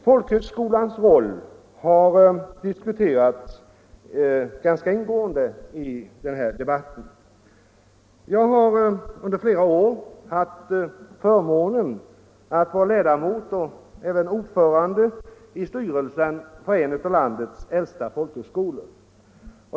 Folkhögskolans roll har diskuterats ganska ingående i den här debatten. Jag har i flera år haft förmånen att vara ledamot och även ordförande i styrelsen för en av landets äldsta folkhögskolor.